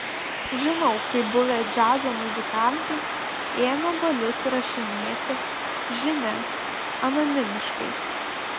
žinau kaip buvę džiazo muzikantai ėmė balius įrašinėti žinia anonimiškai